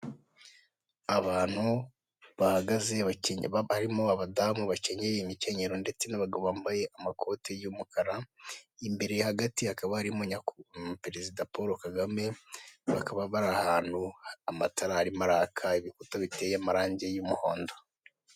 Abantu bahagaze barimo abadamu bakenyeye imikenyero ndetse n'abagabo bambaye amakoti y'umukara, imbere hagati hakaba hari perezida Poro Kagame bakaba bari ahantu amatara arimo araka ibikuta biteye amarangi y'umuhondo.